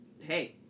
Hey